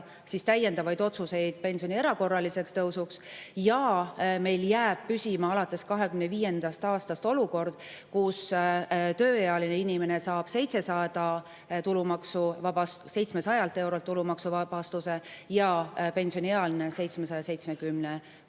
tehta täiendavaid otsuseid pensioni erakorraliseks tõusuks, ja meil jääb püsima alates 2025. aastast olukord, kus tööealine inimene saab 700 eurolt tulumaksuvabastuse ja pensioniealine saab